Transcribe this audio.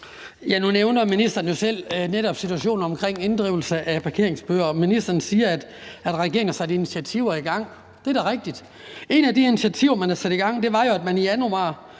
Nu nævner ministeren netop selv situationen omkring inddrivelse af parkeringsbøder, og ministeren siger, at regeringen har sat initiativer i gang. Det er da rigtigt. Et af de initiativer, man har sat i gang, var jo, at man i januar